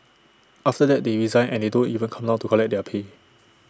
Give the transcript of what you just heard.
after that they resign and they don't even come down to collect their pay